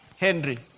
Henry